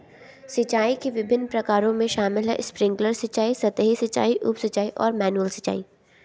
सिंचाई के विभिन्न प्रकारों में शामिल है स्प्रिंकलर सिंचाई, सतही सिंचाई, उप सिंचाई और मैनुअल सिंचाई